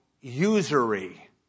usury